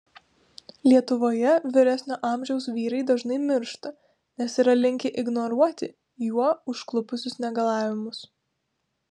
lietuvoje vyresnio amžiaus vyrai dažnai miršta nes yra linkę ignoruoti juo užklupusius negalavimus